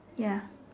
ya